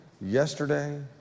yesterday